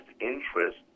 interest